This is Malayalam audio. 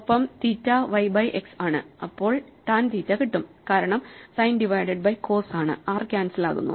ഒപ്പം തീറ്റ Y ബൈ X ആണ് ഇപ്പോൾ ടാൻ തീറ്റ കിട്ടും കാരണം സൈൻ ഡിവൈഡഡ് ബൈ കോസ് ആണ് r ക്യാൻസൽ ആകുന്നു